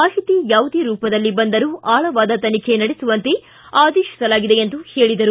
ಮಾಹಿತಿ ಯಾವುದೇ ರೂಪದಲ್ಲಿ ಬಂದರೂ ಆಳವಾದ ತನಿಖೆ ನಡೆಸುವಂತೆ ಆದೇತಿಸಲಾಗಿದೆ ಎಂದರು